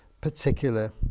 particular